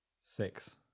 six